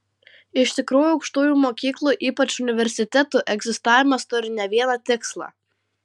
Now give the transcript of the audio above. iš tikrųjų aukštųjų mokyklų ypač universitetų egzistavimas turi ne vieną tikslą